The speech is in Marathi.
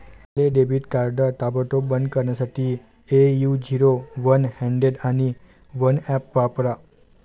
आपले डेबिट कार्ड ताबडतोब बंद करण्यासाठी ए.यू झिरो वन हंड्रेड आणि वन ऍप वापरा